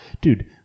Dude